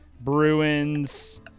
Bruins